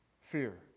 Fear